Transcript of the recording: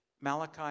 Malachi